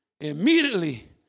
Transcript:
Immediately